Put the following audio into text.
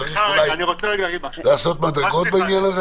שצריך אולי לעשות מדרגות בעניין הזה?